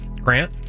Grant